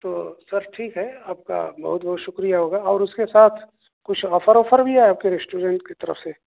تو سر ٹھیک ہے آپ کا بہت بہت شُکریہ ہوگا اور اُس کے ساتھ کچھ آفر وافر بھی آیا ہے آپ کے ریسٹورنٹ کی طرف سے